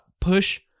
push